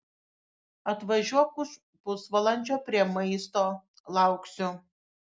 atvažiuok už pusvalandžio prie maisto lauksiu